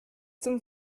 zum